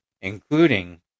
including